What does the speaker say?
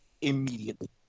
immediately